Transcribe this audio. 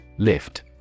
Lift